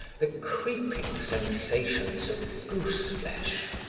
the creeping sensations of goose-flesh.